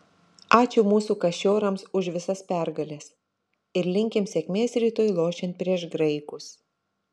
ačiū mūsų kašiorams už visas pergales ir linkim sėkmės rytoj lošiant prieš graikus